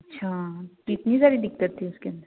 अच्छा तो इतनी सारी दिक्कत थी उसके अंदर